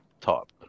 top